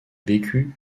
bécu